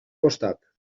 costat